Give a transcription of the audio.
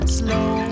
slow